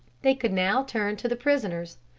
they could now turn to the prisoners.